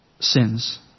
sins